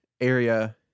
area